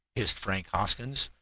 hissed frank hoskins,